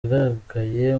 yagaragaye